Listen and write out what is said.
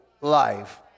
life